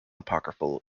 apocryphal